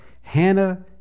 Hannah